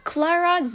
Clara